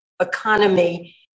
economy